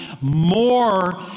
more